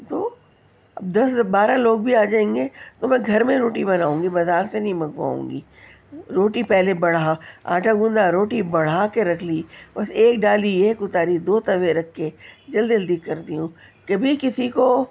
تو دس بارہ لوگ بھی آجائیں گے تو میں گھر میں روٹی بناؤں گی بازار سے نہیں منگواؤں گی روٹی پہلے بڑھا آٹا گوندھا روٹی بڑھا کے رکھ لی بس ایک ڈالی ایک اتاری دو توے رکھ کے جلدی جلدی کرتی ہوں کبھی کسی کو